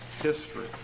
history